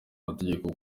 amategeko